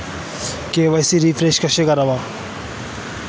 KYC verification कसे करावे?